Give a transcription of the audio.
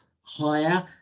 higher